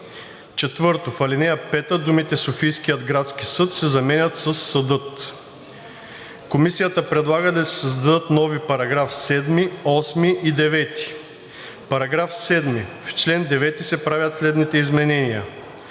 4. В ал. 5 думите „Софийският градски съд“ се заменят със „съдът“.“ Комисията предлага да се създадат нови § 7, 8 и 9: „§ 7. В чл. 9 се правят следните изменения: